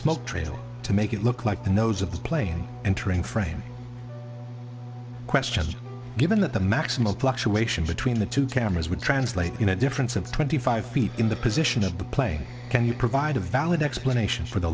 smoke trail to make it look like the nose of the plane entering frame questions given that the maximal fluctuation between the two cameras would translate in a difference of twenty five feet in the position of the plane can you provide a valid explanation for the